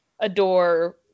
adore